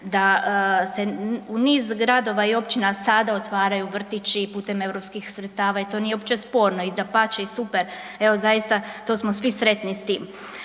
da se niz gradova i općina sada otvaraju vrtići putem europskih sredstava i to nije uopće sporno i dapače i super, evo zaista to smo svi sretni s tim,